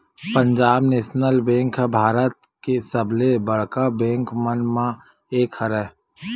Punjab national bank ह भारत के सबले बड़का बेंक मन म एक हरय